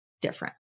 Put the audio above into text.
different